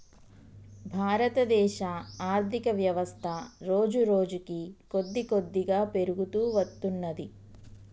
భారతదేశ ఆర్ధికవ్యవస్థ రోజురోజుకీ కొద్దికొద్దిగా పెరుగుతూ వత్తున్నది